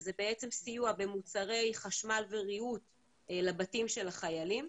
שזה בעצם סיוע במוצרי חשמל וריהוט לבתים של החיילים.